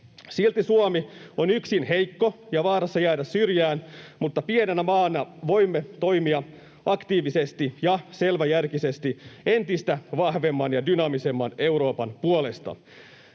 Silti Suomi on yksin heikko ja vaarassa jäädä syrjään, mutta pienenä maana voimme toimia aktiivisesti ja selväjärkisesti entistä vahvemman ja dynaamisemman Euroopan puolesta.